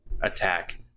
attack